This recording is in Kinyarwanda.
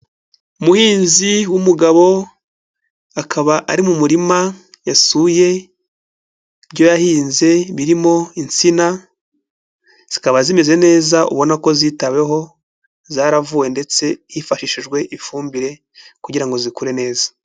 Umuhinzi w'umugabo akaba ari mu murima yasuye ibyo yahinze birimo insina, zikaba zimeze neza ubona ko zitaweho, zaravuwe ndetse hifashishijwe ifumbire kugira ngo zikure neza.